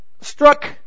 struck